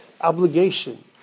obligation